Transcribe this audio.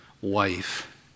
wife